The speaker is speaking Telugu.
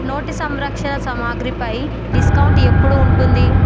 నోటి సంరక్షణ సమాగ్రిపై డిస్కౌంట్ ఎప్పుడు ఉంటుంది